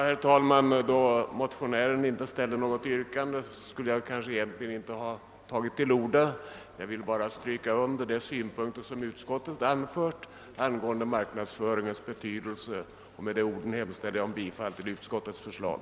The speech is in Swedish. Herr talman! Då motionären inte ställde något yrkande, skulle jag egentligen inte ha behövt ta till orda. Jag vill bara stryka under de synpunkter som utskottet anfört angående marknadsföringens betydelse. Med de orden hemställer jag om bifall till utskottets förslag.